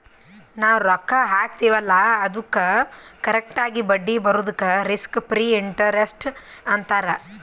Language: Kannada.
ನಾವ್ ರೊಕ್ಕಾ ಹಾಕ್ತಿವ್ ಅಲ್ಲಾ ಅದ್ದುಕ್ ಕರೆಕ್ಟ್ ಆಗಿ ಬಡ್ಡಿ ಬರದುಕ್ ರಿಸ್ಕ್ ಫ್ರೀ ಇಂಟರೆಸ್ಟ್ ಅಂತಾರ್